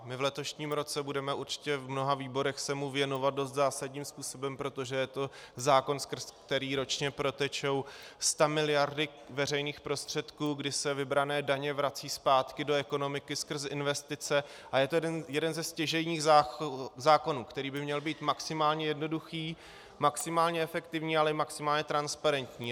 V letošním roce se mu budeme určitě v mnoha výborech věnovat dost zásadním způsobem, protože je to zákon, skrz který ročně protečou stamiliardy veřejných prostředků, kdy se vybrané daně vrací zpátky do ekonomiky skrz investice, a je to jeden ze stěžejních zákonů, který by měl být maximálně jednoduchý, maximálně efektivní, ale i maximálně transparentní.